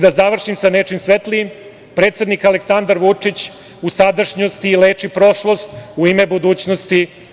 Da završim sa nečim svetlijim, predsednik Aleksandar Vučić u sadašnjosti leči prošlost, u ime budućnosti.